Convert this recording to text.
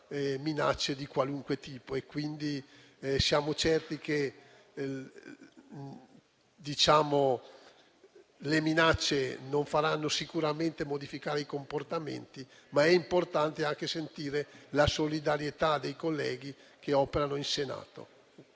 minacce di qualunque tipo. Siamo dunque certi che le minacce non faranno sicuramente modificare i comportamenti, ma è importante anche sentire la solidarietà dei colleghi che operano in Senato.